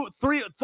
three